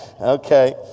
Okay